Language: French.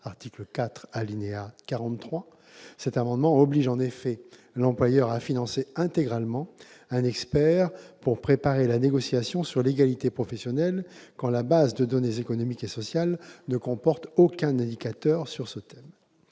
loi : la disposition adoptée oblige l'employeur à financer intégralement un expert pour préparer la négociation sur l'égalité professionnelle quand la base de données économiques et sociales ne comporte aucun indicateur sur ce thème.